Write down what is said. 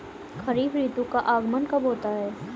खरीफ ऋतु का आगमन कब होता है?